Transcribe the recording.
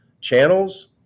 channels